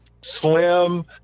slim